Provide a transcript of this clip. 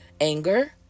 anger